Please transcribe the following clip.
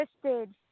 twisted